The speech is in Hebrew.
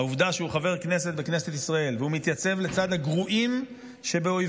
העובדה שהוא חבר כנסת בכנסת ישראל והוא מתייצב לצד הגרועים שבאויבנו,